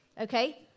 Okay